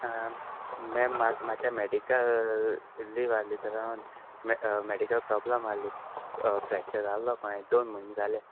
ma'am म्हाक म्हाजें medical leave आल्ही तेका लागोन मॅ मॅडिकल प्रॉब्लम आल्ही फ्रॅक्चर आल्हो पांयां दोन म्हयन् जाले